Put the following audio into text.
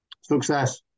Success